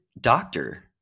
doctor